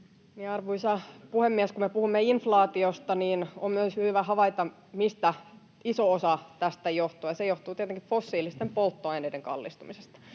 Arvoisa puhemies! Kun me puhumme inflaatiosta, on myös hyvä havaita, mistä iso osa tästä johtuu, ja se johtuu tietenkin fossiilisten polttoaineiden kallistumisesta,